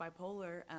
bipolar